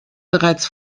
bereits